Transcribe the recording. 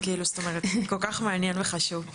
הוא כל כך מעניין וחשוב,